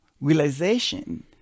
realization